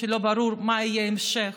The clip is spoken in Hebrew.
ולא ברור מה יהיה ההמשך